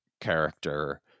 character